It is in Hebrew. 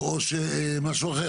או שמשהו אחר?